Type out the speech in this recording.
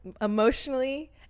emotionally